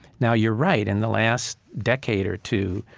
now, you're right, in the last decade or two,